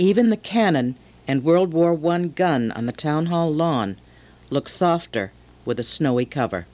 even the cannon and world war one gun on the town hall lawn looks softer with a snowy cover